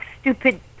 stupid